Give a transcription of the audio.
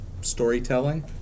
storytelling